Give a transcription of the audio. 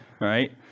right